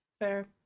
Fair